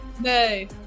Nay